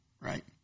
right